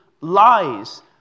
lies